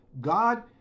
God